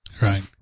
Right